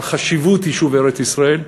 על חשיבות יישוב ארץ-ישראל.